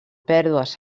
pèrdues